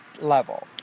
level